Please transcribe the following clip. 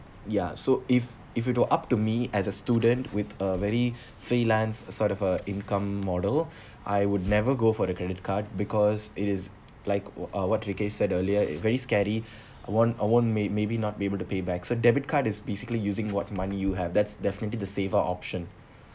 ya so if if it were up to me as a student with a very freelance sort of a income model I would never go for the credit card because it is like wh~ uh what rickay said earlier it very scary I won't I won't may maybe not be able to pay back so debit card is basically using what money you have that's definitely the safer option